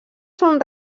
són